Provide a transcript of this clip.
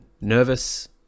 Nervous